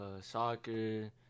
soccer